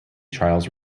trials